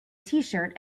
tshirt